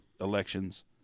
elections